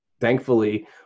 thankfully